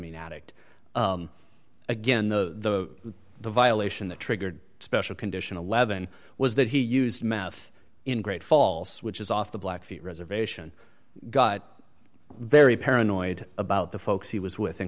e addict again the the violation the triggered special condition eleven was that he used meth in great falls which is off the blackfeet reservation got very paranoid about the folks he was with in